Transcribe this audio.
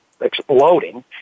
exploding